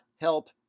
help